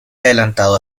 adelantado